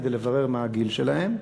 כדי לברר מה הגיל שלהם,